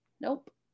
Nope